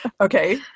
Okay